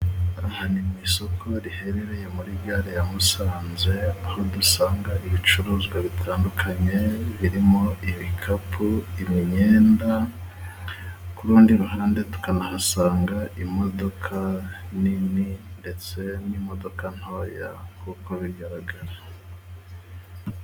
Aha ni mu isoko riherereye muri gare ya Musanze, aho dusanga ibicuruzwa bitandukanye, birimo ibikapu, imyenda, ku rundi ruhande tukanahasanga imodoka nini ndetse n'imodoka ntoya kuko bigaragara.